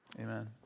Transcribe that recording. Amen